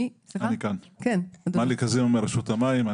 מרשות המים.